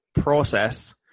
process